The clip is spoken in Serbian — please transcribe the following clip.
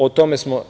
O tome smo…